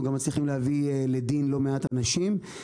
גם מצליחים להביא לדין לא מעט אנשים.